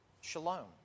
shalom